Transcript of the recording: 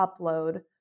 upload